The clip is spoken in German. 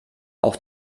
auch